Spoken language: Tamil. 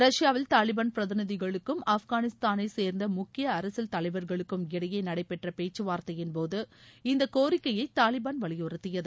ரஷ்யாவில் தாலிபான் பிரதிநிதிகளுக்கும் ஆப்கானிஸ்தானை சேர்ந்த முக்கிய அரசியல் தலைவா்களுக்கும் இடையே நடைபெற்ற பேச்சுவார்த்தையின் போது இந்த கோரிக்கையை தாலிபான் வலியுறுத்தியது